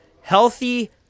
Healthy